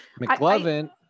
McLovin